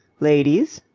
ladies,